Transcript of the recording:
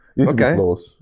Okay